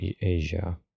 Asia